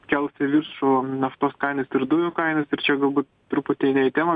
kels į viršų naftos kainas ir dujų kainas ir čia galbūt truputį ne į temą